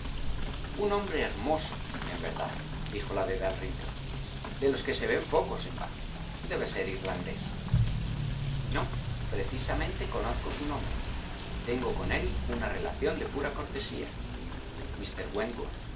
un hombre hermoso en verdad dijo la de dalrymple de los que se v n pocos en baitli debe ser irlandés no precisamente conozco su nombre tengo con él una relación de pura cortesía